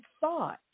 thought